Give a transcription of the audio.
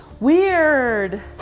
Weird